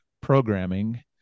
programming